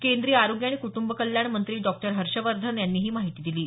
केंद्रीय आरोग्य आणि कुटुंब कल्याण मंत्री डॉक्टर हर्षवर्धन यांनी ही माहिती दिली आहे